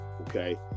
okay